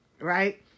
right